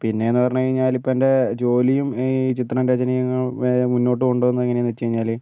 പിന്നേന്നു പറഞ്ഞു കഴിഞ്ഞാൽ ഇപ്പോൾ എന്റെ ജോലിയും ഈ ചിത്രം രചനയും മുന്നോട്ട് കൊണ്ടുപോകുന്നതെങ്ങനാന്ന് വെച്ചു കഴിഞ്ഞാൽ